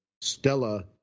Stella